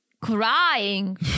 Crying